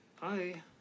Hi